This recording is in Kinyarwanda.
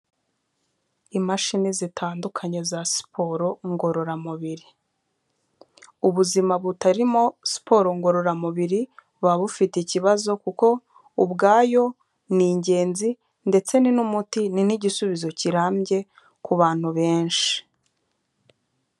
Imashini zitandukanye za siporo ngororamubiri. Ubuzima butarimo siporo ngororamubiri buba bufite ikibazo kuko ubwayo ni ingenzi ndetse ni n'umuti, ni n'igisubizo kirambye ku bantu benshi.